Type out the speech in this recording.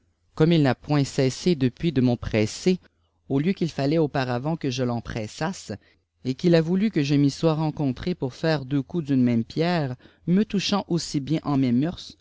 comme il n'a point cessé depuis de m'en presser au lieu qu'il fallait auparavant que je l'en pressasse et qu'il a voulu que je m y sois rencontré pour faire deux coups d'une niéme pierre me touchant aussi bien en mes